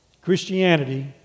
Christianity